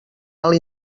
alt